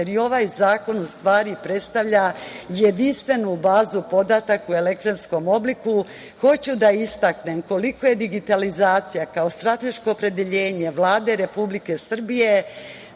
jer i ovaj zakon u stvari predstavlja jedinstvenu bazu podataka u elektronskom obliku, hoću da istaknem koliko je digitalizacija kao strateško opredeljenje Vlade Republike Srbije